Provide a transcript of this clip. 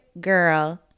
girl